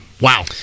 wow